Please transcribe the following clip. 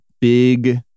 big